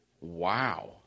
Wow